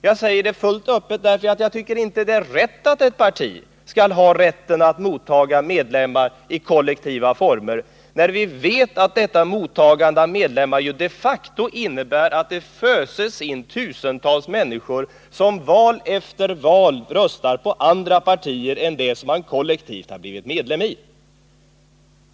Jag säger det fullt öppet, därför att jag inte tycker att det är riktigt att ett parti skall ha rätten att mottaga medlemmar i kollektiva former, när vi vet att detta mottagande av medlemmar de facto innebär att tusentals människor som i val efter val röstar på andra partier än det socialdemokratiska kollektivt föses in i detta som medlemmar.